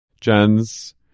jen's